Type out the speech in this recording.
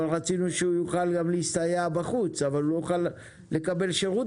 רצינו שהוא יוכל להסתייע בחוץ אבל הוא לא יוכל לקבל שירות